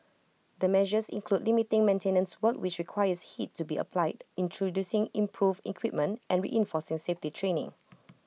the measures include limiting maintenance work which requires heat to be applied introducing improved equipment and reinforcing safety training